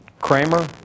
Kramer